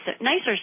nicer